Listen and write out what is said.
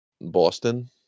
Boston